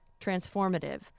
transformative